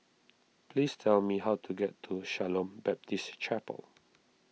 please tell me how to get to Shalom Baptist Chapel